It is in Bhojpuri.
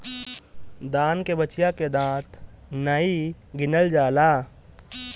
दान के बछिया के दांत नाइ गिनल जाला